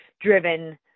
driven